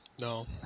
No